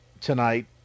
tonight